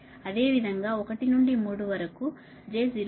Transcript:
అదేవిధంగా 1 నుండి 3 వరకు j 0